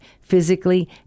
physically